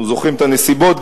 אנחנו זוכרים את הנסיבות,